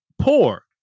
poor